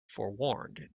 forewarned